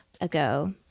ago